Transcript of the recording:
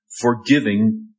forgiving